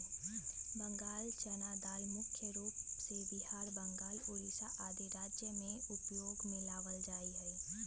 बंगाल चना दाल मुख्य रूप से बिहार, बंगाल, उड़ीसा आदि राज्य में उपयोग में लावल जा हई